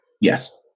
yes